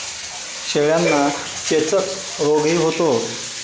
शेळ्यांना चेचक रोगही होतो